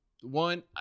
one